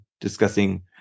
discussing